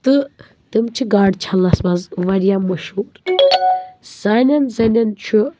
تہٕ تِم چھِ گاڈٕ چھَلنَس منٛز واریاہ مشہوٗر سانٮ۪ن زَنٮ۪ن چھُ